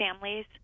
families